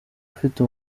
ufite